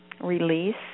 release